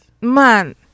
man